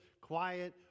quiet